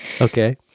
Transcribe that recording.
Okay